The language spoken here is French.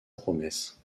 promesse